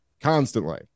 constantly